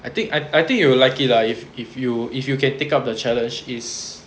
I think I I think you will like it lah if if you if you can take up the challenge is